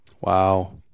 Wow